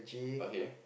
okay